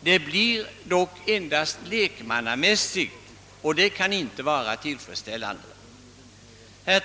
det blir ändå bara en lekmannamässig bevakning, och det kan inte vara tillfredsställande.